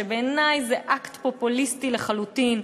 ובעיני זה אקט פופוליסטי לחלוטין.